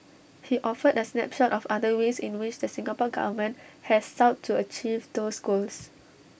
he offered A snapshot of other ways in which the Singapore Government has sought to achieve those goals